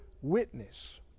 witness